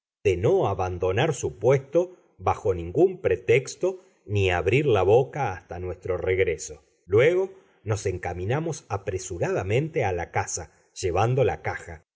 de no abandonar su puesto bajo ningún pretexto ni abrir la boca hasta nuestro regreso luego nos encaminamos apresuradamente a la casa llevando la caja